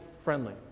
friendly